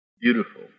Beautiful